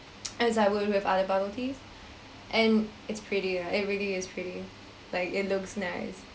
as well as with other bubble teas and it's pretty lah it really is pretty like it looks nice